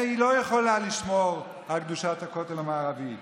היא לא יכולה לשמור על קדושת הכותל המערבי.